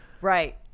Right